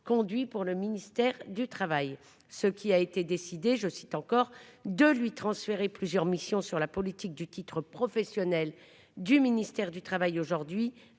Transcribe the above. conduit pour le ministère du Travail, ce qui a été décidé, je cite encore de lui transférer plusieurs missions sur la politique du titre professionnel du ministère du Travail aujourd'hui